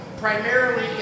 primarily